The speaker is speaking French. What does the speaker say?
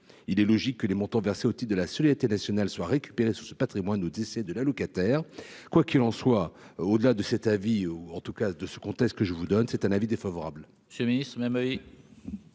il est logique que les montants versés de la solidarité nationale soit récupérer sur ce Patrimoine au décès de l'allocataire quoiqu'il en soit, au-delà de cet avis, ou en tout cas de ce contexte que je vous donne, c'est un avis défavorable.